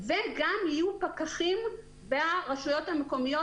ויהיו גם פקחים ברשויות המקומיות.